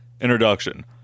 introduction